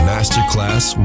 Masterclass